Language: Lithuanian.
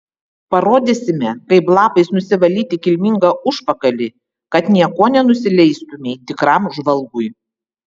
parodysime kaip lapais nusivalyti kilmingą užpakalį kad niekuo nenusileistumei tikram žvalgui